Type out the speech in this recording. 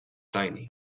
tiny